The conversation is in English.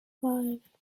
five